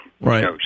Right